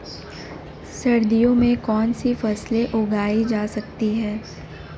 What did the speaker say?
सर्दियों में कौनसी फसलें उगाई जा सकती हैं?